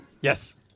Yes